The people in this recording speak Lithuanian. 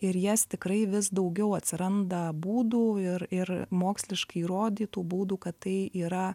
ir jas tikrai vis daugiau atsiranda būdų ir ir moksliškai įrodytų būdų kad tai yra